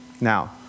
Now